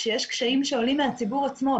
כשיש קשיים שעולים מהציבור עצמו,